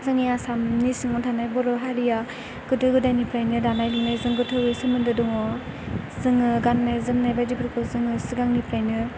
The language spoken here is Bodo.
जोंनि आसामनि सिङाव थानाय बर' हारिया गोदो गोदायनिफ्रायनो दानाय लुनायजों गोथौयै सोमोन्दो दङ जोङो गाननाय जोमनाय बायदिफोरखौ जोङो सिगांनिफ्रायनो